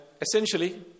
essentially